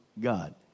God